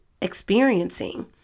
experiencing